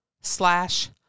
slash